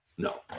No